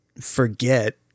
forget